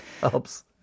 helps